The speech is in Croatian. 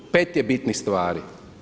Pet je bitnih stvari.